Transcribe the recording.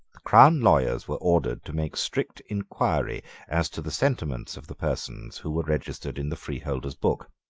crown lawyers were ordered to make strict inquiry as to the sentiments of the persons who were registered in the freeholders' book.